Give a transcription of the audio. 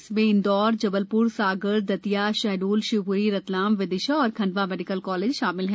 इसमें इंदौर जबलप्र सागर दतिया शहडोल शिवप्री रतलाम विदिशा और Khandwa medical college शामिल हैं